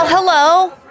Hello